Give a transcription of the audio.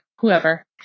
whoever